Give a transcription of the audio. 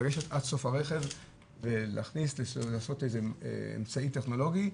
לגשת עד סוף הרכב ולעשות איזה אמצעי טכנולוגי,